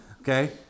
Okay